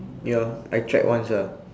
ya I tried once lah